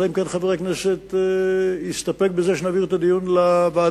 אלא אם כן חבר הכנסת יסתפק בזה שנעביר את הדיון לוועדה.